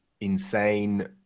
insane